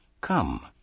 Come